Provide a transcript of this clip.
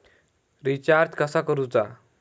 Recharge कसा करूचा?